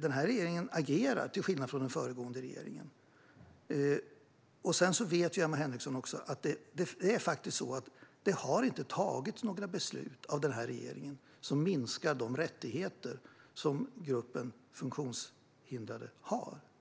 Denna regering agerar, till skillnad från den föregående. Emma Henriksson vet att det faktiskt är så att det inte har tagits några beslut av denna regering som minskar de rättigheter som gruppen funktionshindrade har.